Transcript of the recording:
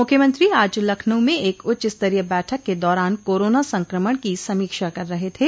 मूख्यमंत्री आज लखनऊ में एक उच्चस्तरीय बैठक के दौरान कोरोना संक्रमण की समीक्षा कर रहे थे